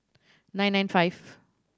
nine nine five